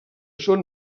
són